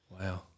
Wow